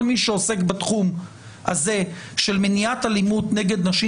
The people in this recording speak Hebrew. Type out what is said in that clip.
כל מי שעוסק בתחום הזה של מניעת אלימות נגד נשים